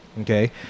okay